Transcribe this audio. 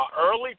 Early